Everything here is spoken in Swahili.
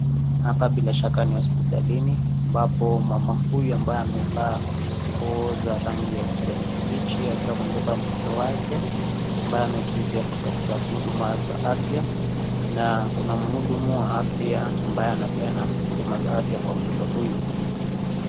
Hapa bila shaka ni hospitalini ambapo mama huyu ambaye amevaa nguo za rangi ya kijani kibichi akiwa amembeba mtoto wake, ambaye amekuja kutafuta huduma za afya na kuna mhudumu wa afya ambaye anampea huduma za afya kwa mtoto huyu.